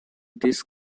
this